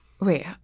wait